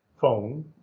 phone